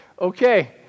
Okay